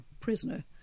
prisoner